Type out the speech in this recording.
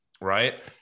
Right